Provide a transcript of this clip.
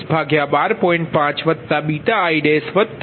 તેથી તે i12